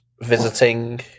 visiting